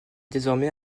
désormais